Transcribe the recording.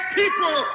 people